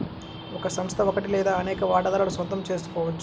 ఒక సంస్థ ఒకటి లేదా అనేక వాటాదారుల సొంతం చేసుకోవచ్చు